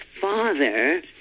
father